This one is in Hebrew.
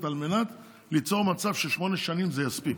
על מנת ליצור מצב ששמונה שנים זה יספיק,